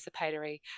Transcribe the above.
participatory